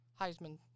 Heisman